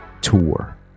tour